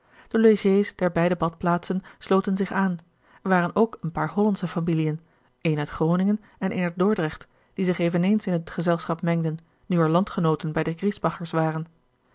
de logés der beide badplaatsen sloten zich aan er waren ook een paar hollandsche familiën eene uit groningen en eene uit dordrecht die zich eveneens in het gezelschap mengden nu er landgenooten bij de griesbachers waren